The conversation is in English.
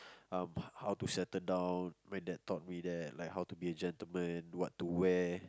um how to settle down my dad taught me that like how to be a gentleman what to wear